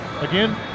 Again